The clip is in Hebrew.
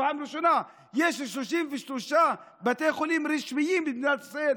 בפעם הראשונה: יש 33 בתי חולים רשמיים במדינת ישראל,